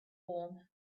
warm